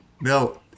No